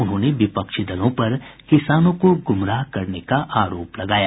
उन्होंने विपक्षी दलों पर किसानों को गुमराह करने का आरोप लगाया